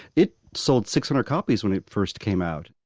it sold six hundred copies when it first came out,